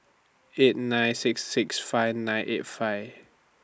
eight nine six six five nine eight five